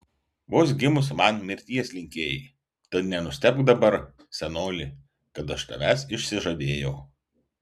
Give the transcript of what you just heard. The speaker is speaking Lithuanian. vos gimus man mirties linkėjai tad nenustebk dabar senoli kad aš tavęs išsižadėjau